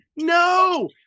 no